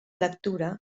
lectura